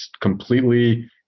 completely